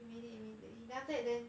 immediately immediately then after that then